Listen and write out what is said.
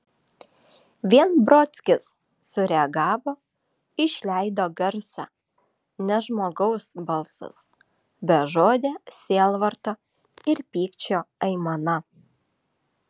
vien brodskis sureagavo išleido garsą ne žmogaus balsas bežodė sielvarto ir pykčio aimana